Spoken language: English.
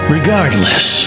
Regardless